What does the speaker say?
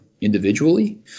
individually